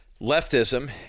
leftism